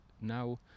now